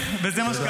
זה לא יעזור.